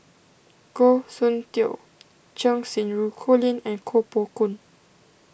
Goh Soon Tioe Cheng Xinru Colin and Koh Poh Koon